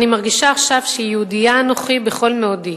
אני מרגישה עכשיו שיהודייה אנוכי בכל מאודי.